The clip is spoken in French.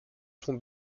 son